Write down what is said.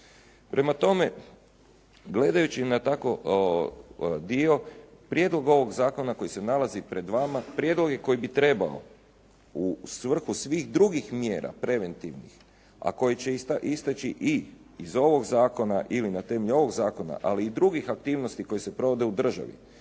Prema tome, gledajući na prijedlog ovog zakona koji se nalazi pred vama, prijedlog je koji bi trebao u svrhu svih drugih mjera preventivnih, a koji će isteći i iz ovog zakona ili na temelju ovog zakona, ali i drugih aktivnosti koje se provode u državi.